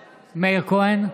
כהן,